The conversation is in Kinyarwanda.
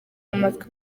amatwi